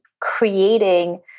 creating